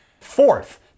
Fourth